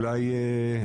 אולי,